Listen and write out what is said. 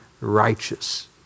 righteous